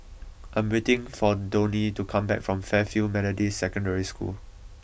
I am waiting for Donie to come back from Fairfield Methodist Secondary School